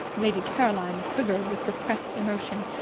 lady caroline quivered with repressed emotion.